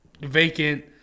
vacant